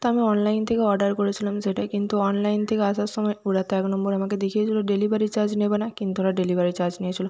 তো আমি অনলাইন থেকে অর্ডার করেছিলাম সেটা কিন্তু অনলাইন থেকে আসার সময় ওরা তো এক নম্বর আমাকে দেখিয়েছিল ডেলিভারি চার্জ নেবে না কিন্তু ওরা ডেলিভারি চার্জ নিয়েছিল